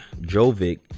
Jovic